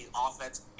offense